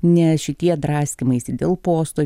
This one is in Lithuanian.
nes šitie draskymaisi dėl posto